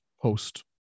post